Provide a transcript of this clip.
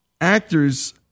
actors